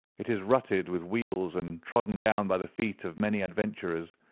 it is rutted with wheels and trodden down by the feet of many adventurers.